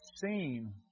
seen